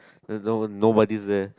no nobody is there